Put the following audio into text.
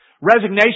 Resignation